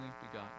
begotten